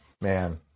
Man